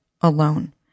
alone